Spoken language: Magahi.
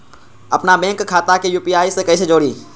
अपना बैंक खाता के यू.पी.आई से कईसे जोड़ी?